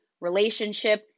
relationship